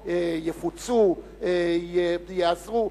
יפוצו, ייעזרו.